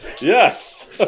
yes